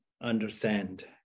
understand